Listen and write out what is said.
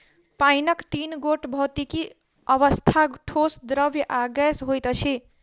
पाइनक तीन गोट भौतिक अवस्था, ठोस, द्रव्य आ गैस होइत अछि